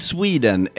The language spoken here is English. Sweden